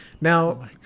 Now